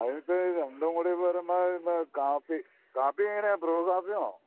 അത് ഇപ്പം രണ്ടും കൂടി വരുമ്പോൾ പിന്നെ കാപ്പി കാപ്പി എങ്ങനെയാണ് ബ്രൂ കാപ്പിയാണോ